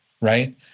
right